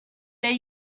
they